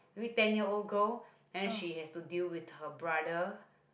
maybe ten year old girl and then she has to deal with her brother